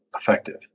effective